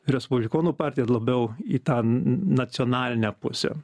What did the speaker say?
respublikonų partiją labiau į tą nacionalinę pusę